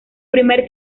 primer